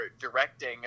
directing